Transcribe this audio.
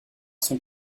son